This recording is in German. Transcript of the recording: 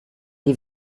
die